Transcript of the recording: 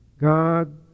God